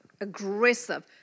aggressive